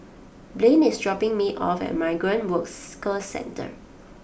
Blaine is dropping me off at Migrant Workers co Centre